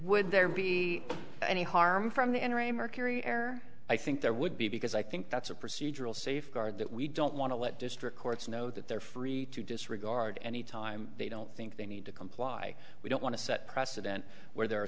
would there be any harm from the n r a mercury air i think there would be because i think that's a procedural safeguard that we don't want to let district courts know that they're free to disregard any time they don't think they need to comply we don't want to set a precedent where there are